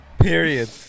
Period